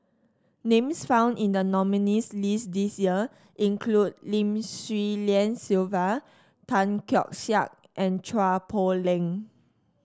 names found in the nominees' list this year include Lim Swee Lian Sylvia Tan Keong Saik and Chua Poh Leng